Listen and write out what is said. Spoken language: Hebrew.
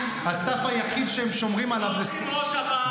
הסף היחיד שהם שומרים עליו זה --- לא צריכים ראש אמ"ן,